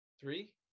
Three